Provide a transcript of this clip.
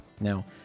now